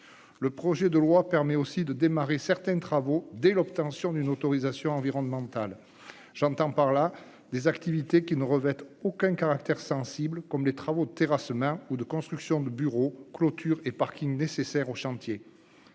intégralité. Il permet aussi de démarrer certains travaux dès l'obtention d'une autorisation environnementale. Cela concerne des activités qui ne revêtent aucun caractère sensible, comme les travaux de terrassement ou de construction des bureaux, voire la construction de clôtures et de parkings nécessaires au chantier.